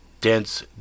dense